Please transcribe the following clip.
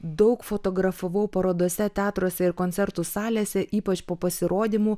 daug fotografavau parodose teatruose ir koncertų salėse ypač po pasirodymų